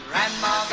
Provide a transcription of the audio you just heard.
Grandma